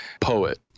Poet